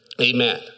Amen